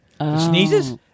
Sneezes